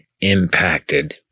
impacted